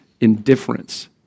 Indifference